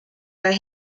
are